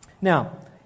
Now